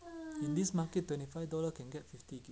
in this market twenty five dollar can get fifty